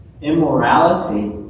immorality